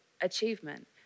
achievement